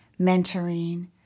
mentoring